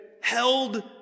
held